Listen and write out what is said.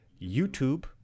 YouTube